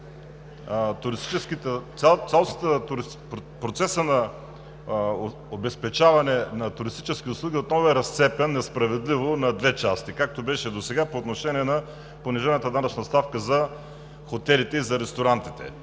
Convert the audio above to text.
нас процесът на обезпечаване на туристически услуги отново несправедливо е разцепен на две части, както беше досега, по отношение на понижената данъчна ставка за хотелите и ресторантите.